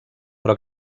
però